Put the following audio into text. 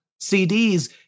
CDs